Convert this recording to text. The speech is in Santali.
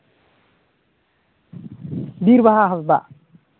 ᱵᱤᱨᱵᱟᱦᱟ ᱦᱟᱸᱥᱫᱟ